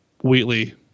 Wheatley